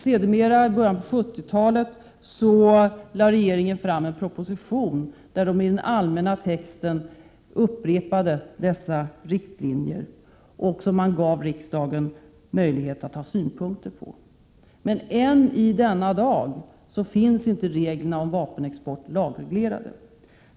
Sedermera, i början av 1970-talet, lade regeringen fram en proposition där regeringen i den allmänna texten upprepade dessa riktlinjer som man gav riksdagen möjlighet att ha synpunker på. Men än i denna dag finns reglerna om vapenexport inte lagreglerade.